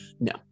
No